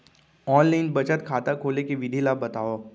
Online बचत खाता खोले के विधि ला बतावव?